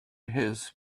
his